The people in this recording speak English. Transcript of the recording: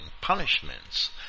punishments